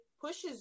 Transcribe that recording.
pushes